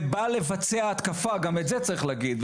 ובא לבצע התקפה, גם את זה צריך להגיד.